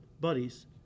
buddies